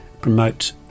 promote